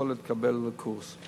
יכול להתקבל לקורס.